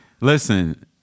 listen